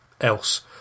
else